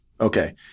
okay